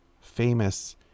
famous